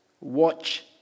Watch